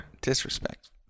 disrespect